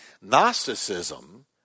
Gnosticism